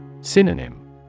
Synonym